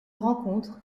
rencontre